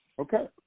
Okay